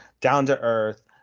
down-to-earth